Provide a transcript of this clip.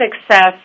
success